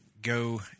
Go